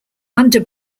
under